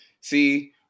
see